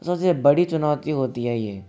क्योंकि बड़ी चुनौती होती है ये